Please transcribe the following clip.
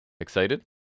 Excited